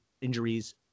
injuries